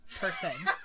person